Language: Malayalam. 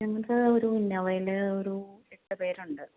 ഞങ്ങൾക്ക് ഒരു ഇന്നോവയിൽ ഒരു എട്ട് പേരുണ്ട്